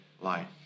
life